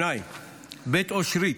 2. בית אושרית,